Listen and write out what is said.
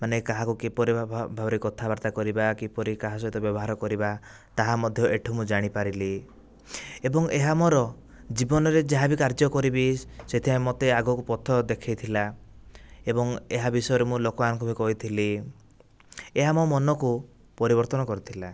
ମାନେ କାହାକୁ କିପରି ଭାବରେ କଥାବାର୍ତ୍ତା କରିବା କିପରି କାହା ସହିତ ବ୍ୟବହାର କରିବା ତାହାମଧ୍ୟ ଏ'ଠୁ ମୁ ଜାଣିପାରିଲି ଏବଂ ଏହା ମୋ'ର ଜୀବନରେ ଯାହାବି କାର୍ଯ୍ୟ କରିବି ସେଥିପାଇଁ ମୋତେ ଆଗକୁ ପଥ ଦେଖାଇଥିଲା ଏବଂ ଏହା ବିଷୟରେ ମୁଁ ଲୋକମାନଙ୍କୁ ବି କହିଥିଲି ଏହା ମୋ' ମନକୁ ପରିବର୍ତ୍ତନ କରିଥିଲା